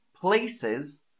places